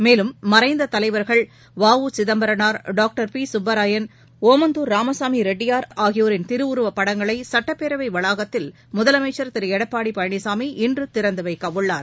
மேலும் மறைந்த தலைவர்கள் வ உ சிதம்பரனார் டாக்டர் பி சுப்பராயன் ஒமந்தூர் ராமசாமி ரெட்டியார் ஆகியோின் திருவுருவப் படங்களை சட்டப்பேரவை வளாகத்தில் முதலமைச்ச் திரு எடப்பாடி பழனிசாமி இன்று திறந்து வைக்க உள்ளார்